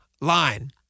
line